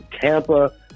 Tampa